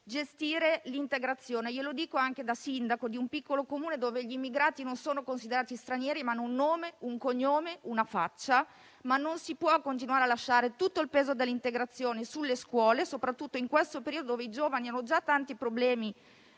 gestire l'integrazione. Lo dico anche da sindaco di un piccolo Comune dove gli immigrati non sono considerati stranieri, ma hanno un nome, un cognome, un volto; ma non si può continuare a lasciare tutto il peso dell'integrazione sulle scuole, soprattutto in questo periodo in cui i giovani hanno già tanti problemi